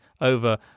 over